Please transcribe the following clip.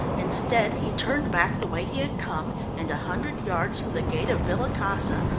instead, he turned back the way he had come, and a hundred yards from the gate of villa casa,